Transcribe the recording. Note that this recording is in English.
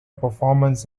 performance